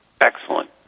excellent